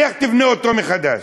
לך תבנה אותו מחדש.